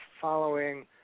following